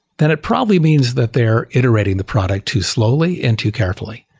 then it probably means that they're iterating the product too slowly and too carefully.